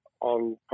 on